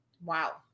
Wow